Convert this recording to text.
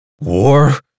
War